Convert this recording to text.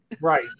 Right